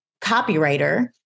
copywriter